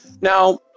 now